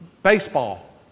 Baseball